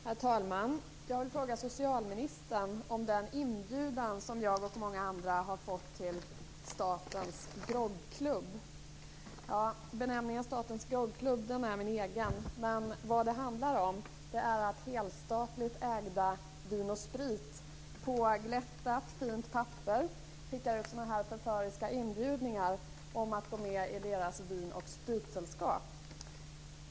Herr talman! Jag vill fråga socialministern om den inbjudan som jag och många andra har fått från Statens groggklubb. Benämningen Statens groggklubb är min egen, men vad det handlar om är att helstatligt ägda Vin & Sprit på glättat fint papper skickat ut inbjudningar om att gå med i bolagets vin och spritsällskap.